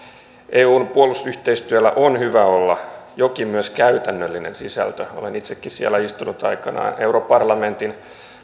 eun puolustusyhteistyöllä on hyvä olla myös jokin käytännöllinen sisältö olen itsekin siellä istunut aikanani europarlamentin